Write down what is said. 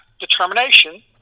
determination